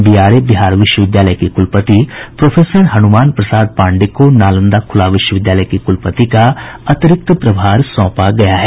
B R A Bihar विश्वविद्यालय के कुलपति प्रोफेसर हनुमान प्रसाद पांडेय को नालंदा खुला विश्वविद्यालय के कुलपति का अतिरिक्त प्रभार सौंपा गया है